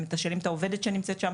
הם מתשאלים את העובדת שנמצאת שם,